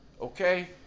okay